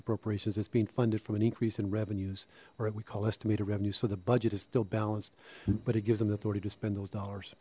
appropriations it's being funded from an increase in revenues or a tweak all estimated revenue so the budget is still balanced but it gives them the authority to spend those dollars